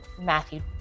Matthew